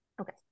okay